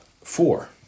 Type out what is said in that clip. Four